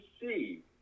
see